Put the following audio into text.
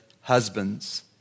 husbands